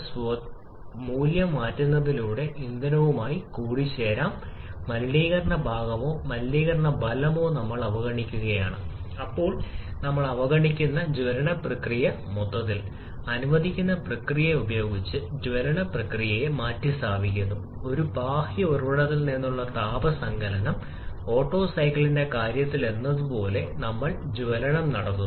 അനുയോജ്യമായ വാതക സമവാക്യത്തെക്കുറിച്ച് ചിന്തിക്കുക 𝑃𝑉 𝑚𝑅𝑇 𝑛𝑅𝑇 എവിടെ n തന്മാത്രകളുടെ എണ്ണമാണ് സാർവത്രിക വാതക സ്ഥിരാങ്കമാണ് ആർ ബാർ അതിനാൽ നമുക്ക് എഴുതാം ഇപ്പോൾ ഒരു നിശ്ചിത വോളിയത്തിനും താപനിലയ്ക്കും R ബാർ സാർവത്രിക സ്ഥിരമാണ് അത് അവിടെ അവതരിപ്പിക്കുന്ന തന്മാത്രകളുടെ എണ്ണത്തിനും നിലവിലുള്ള മോളുകളുടെ എണ്ണത്തിനും നേരിട്ട് അനുപാതമാണ് അവിടെ